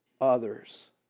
others